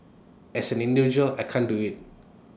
as an individual I can't do IT